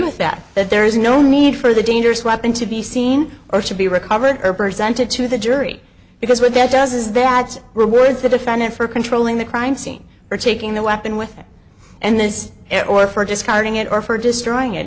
with that that there is no need for the dangerous weapon to be seen or to be recovered or presented to the jury because what that does is that rewards the defendant for controlling the crime scene or taking the weapon with him and this or for discarding it or for destroying it